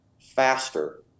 faster